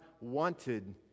wanted